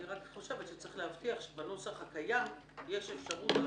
אני רק חושבת שצריך להבטיח שבנוסח הקיים יש אפשרות לערער